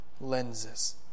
lenses